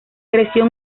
creció